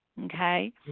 okay